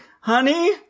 honey